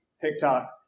TikTok